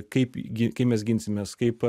kaip gi kai mes ginsimės kaip